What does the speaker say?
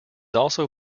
also